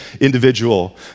individual